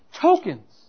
tokens